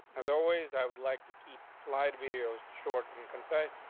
as always, i would like to keep slide videos short and concise.